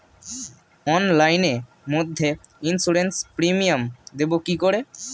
অনলাইনে মধ্যে insurance premium দেবো কি করে?